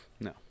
No